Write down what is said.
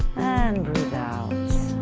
and breathe out